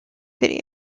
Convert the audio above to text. video